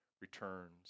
returns